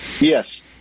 Yes